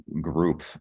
group